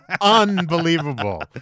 Unbelievable